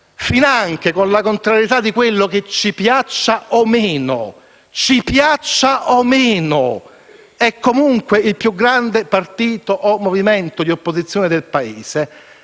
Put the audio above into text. finanche con la contrarietà di quello che - ci piaccia o meno - è comunque il più grande partito o movimento di opposizione del Paese,